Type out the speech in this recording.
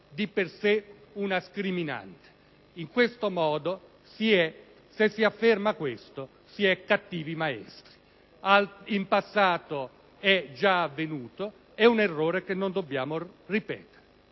di per sé, una scriminante. Se si afferma questo, si è cattivi maestri. In passato è già avvenuto, ed è un errore che non dobbiamo ripetere.